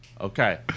Okay